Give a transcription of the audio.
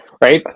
right